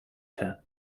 too